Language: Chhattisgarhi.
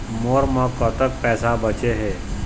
मोर म कतक पैसा बचे हे?